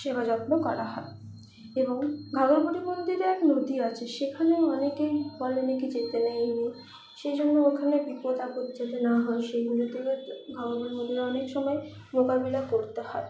সেবা যত্ন করা হয় এবং ঘাঘর বুড়ির মন্দিরে এক মূর্তি আছে সেখানেও অনেকেই বলে নাকি যেতে নেই এই নেই সেই জন্য ওখানে বিপদ আপদ যাতে না হয় সেই মূর্তিতে ঘাঘর বুড়ি মন্দিরে অনেক সময় মোকাবিলা করতে হয়